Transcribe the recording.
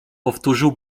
powtórzył